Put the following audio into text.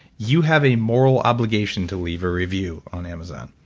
you have a moral obligation to leave a review on amazon.